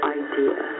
idea